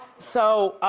so,